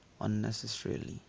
unnecessarily